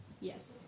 Yes